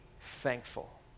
thankful